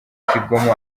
kigoma